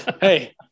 Hey